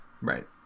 right